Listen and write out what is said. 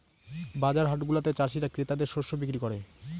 বাজার হাটগুলাতে চাষীরা ক্রেতাদের শস্য বিক্রি করে